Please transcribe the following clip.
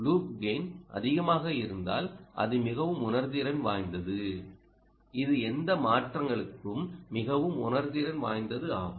loop ஆதாயம் அதிகமாக இருந்தால் அது மிகவும் உணர்திறன் வாய்ந்தது இது எந்த மாற்றங்களுக்கும் மிகவும் உணர்திறன் வாய்ந்தது ஆகும்